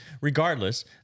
Regardless